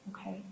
Okay